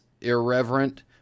irreverent